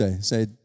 say